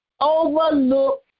overlook